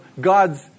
God's